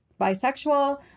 bisexual